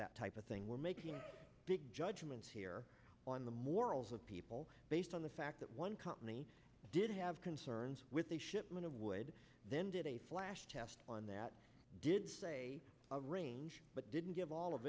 that type of thing we're making big judgments here on the morals of people based on the fact that one company did have concerns with a shipment of wood then did a flash test on that did a range but didn't give all of